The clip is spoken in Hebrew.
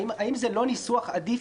האם זה לא ניסוח עדיף?